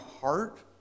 heart